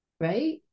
right